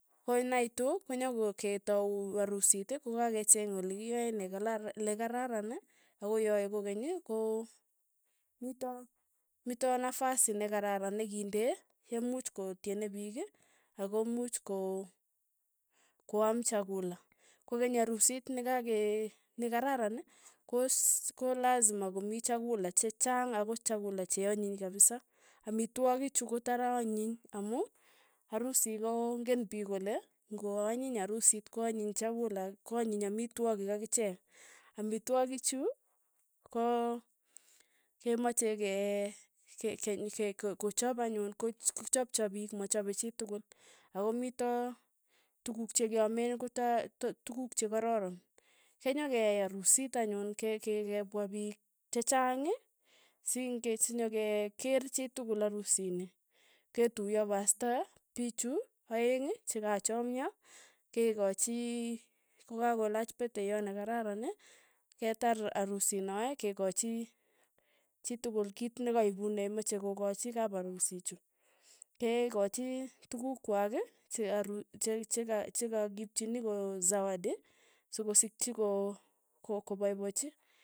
Koi naitu konyoketau arusit kokakenyeng olekiyae nekarana lekararan ako yoe kokeny ko mito mito nafasi nekararan nekinde yemuch ko tyene piik ako much ko kwaam chakula, kokeny arusit nakake nekararan kos kolazima komii chakula chechanga ako chakula che anyiny kapisa, amitwogik chu kotara anyiny amu arusi ko in'gen piik kole, ng'oa nyiny arusit ko anyiny chakula ko anyiny amitwogik akichek, amitwogik chu ko kemache ke- ke- ke- ke- ko- ko kochap anyun ko chap chap piik machapii chitukul, akomitoo tukuk chekeame tukuk che kararan, kenyekeyai arusit anyun ke- ke- ke kepwa piik chechang sing'e sinyakekeerchi tukul arusit ni, ketuiyo pasta pichu aeng' chakaachomio, kekochi kokalolaach peteyot nekararan, ketar arusit noe, kekachi chitukul kit nakaipune meche kokachi kaparusi chuu, kee kochi tukuk kwak che aru che- cheka chekakiipchini ko zawadi sokosikchi ko- ko kopaipachi.